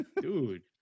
dude